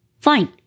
fine